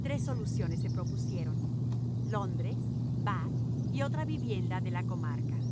tres soluciones se propusieron londres bath y otra vivienda de la comarca